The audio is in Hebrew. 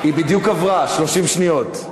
היא בדיוק עברה, 30 שניות.